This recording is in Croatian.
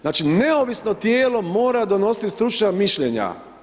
Znači, neovisno tijelo mora donositi stručna mišljenja.